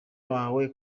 wawe